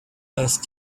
last